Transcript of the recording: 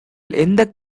எந்த